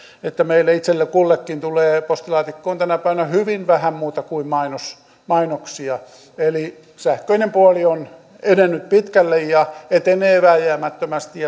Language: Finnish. että meille itse kullekin tulee postilaatikkoon tänä päivänä hyvin vähän muuta kuin mainoksia mainoksia eli sähköinen puoli on edennyt pitkälle ja etenee vääjäämättömästi